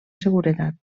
seguretat